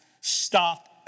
stopped